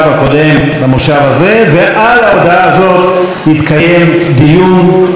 ועל ההודעה הזאת יתקיים דיון לאחר שנשמע ודאי את